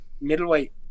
middleweight